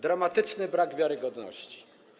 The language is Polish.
Dramatyczny brak wiarygodności.